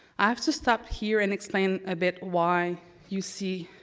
i have to stop here and explain a bit why you see